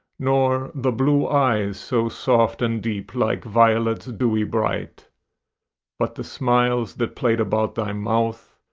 nor the blue eyes so soft and deep, like violets dewy bright but the smiles that played about thy mouth,